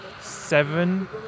seven